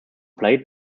played